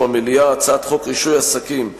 המליאה: הצעת חוק רישוי עסקים (תיקון,